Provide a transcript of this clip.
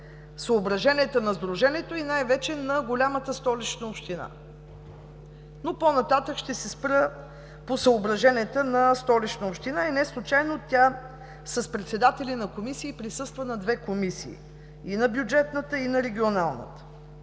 съображението на Сдружението и най-вече на голямата Столична община, но по-нататък ще се спра по съображенията на Столична община и не случайно тя, с председатели на комисии, присъства на две комисии – и на Бюджетната, и на Регионалната.